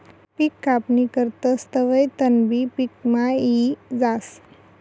पिक कापणी करतस तवंय तणबी पिकमा यी जास